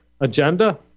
agenda